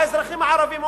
האזרחים הערבים,